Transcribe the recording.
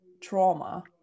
trauma